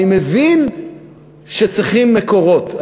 אני מבין שצריכים מקורות,